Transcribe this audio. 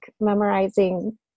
memorizing